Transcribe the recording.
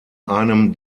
einem